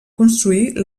construir